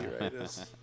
right